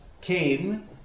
came